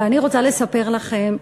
ואני רוצה לספר לכם,